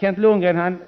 Kent Lundgren